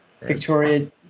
Victoria